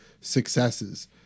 successes